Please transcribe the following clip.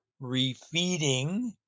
refeeding